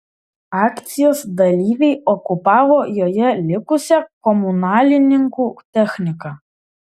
akcijos dalyviai okupavo joje likusią komunalininkų techniką